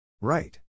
Right